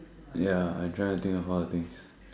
ya I trying to think of all things